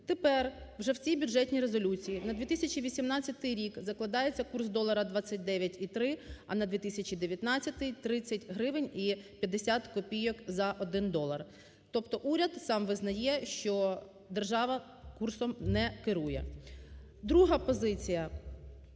Тепер, вже в цій бюджетній резолюції, на 2018 рік закладається курс долара 29,3, а на 2019-й 30 гривень і 50 копійок за один долар. Тобто уряд сам визнає, що держава курсом не керує. Друга позиція,